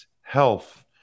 Health